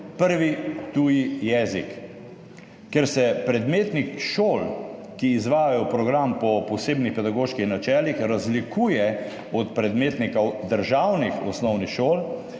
prvi tuji jezik. Ker se predmetnik šol, ki izvajajo program po posebnih pedagoških načelih, razlikuje od predmetnikov državnih osnovnih šol,